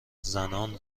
زنان